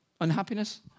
Unhappiness